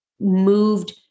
moved